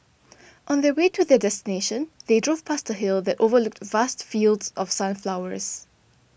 on the way to their destination they drove past a hill that overlooked vast fields of sunflowers